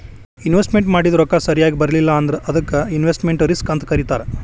investment ಮಾಡಿದ್ ರೊಕ್ಕ ಸರಿಯಾಗ್ ಬರ್ಲಿಲ್ಲಾ ಅಂದ್ರ ಅದಕ್ಕ ಇನ್ವೆಸ್ಟ್ಮೆಟ್ ರಿಸ್ಕ್ ಅಂತ್ ಕರೇತಾರ